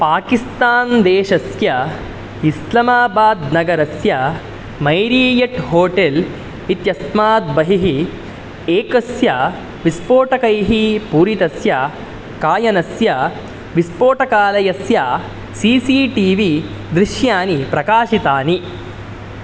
पाकिस्तान् देशस्य इस्लामाबाद् नगरस्य Marriott hotel इत्यस्माद्बहिः एकस्य विस्फोटकैः पूरितस्य कायनस्य विस्फोटकालस्य सी सी टी वी दृश्यानि प्रकाशितानि